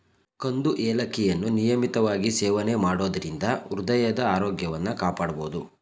ಕಂದು ಏಲಕ್ಕಿಯನ್ನು ನಿಯಮಿತವಾಗಿ ಸೇವನೆ ಮಾಡೋದರಿಂದ ಹೃದಯದ ಆರೋಗ್ಯವನ್ನು ಕಾಪಾಡ್ಬೋದು